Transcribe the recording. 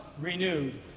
renewed